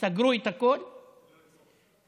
התשובה היא לא.